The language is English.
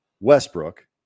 Westbrook